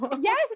Yes